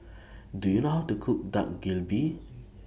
Do YOU know How to Cook Dak Galbi